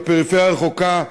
לפריפריה הרחוקה,